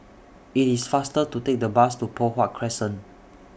IT IS faster to Take The Bus to Poh Huat Crescent